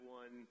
one